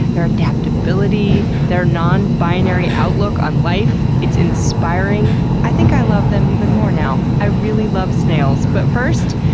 their adaptability, their non-binary outlook on life. it's inspiring. i think i love them even more now. i really love snails. but first,